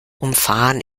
umfahren